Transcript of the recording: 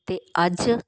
ਅਤੇ ਅੱਜ